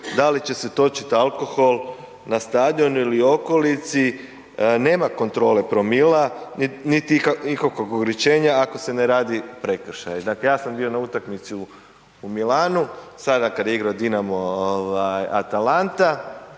da li će se točit alkohol na stadionu ili okolici, nema kontrole promila, niti ikakvog ograničenja ako se ne radi prekršaj, dakle ja sam bio na utakmici u, u Milanu sada kad je igrao Dinamo ovaj Atalanta